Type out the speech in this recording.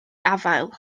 afael